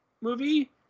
movie